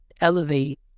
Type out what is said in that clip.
elevate